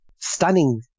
stunning